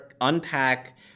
unpack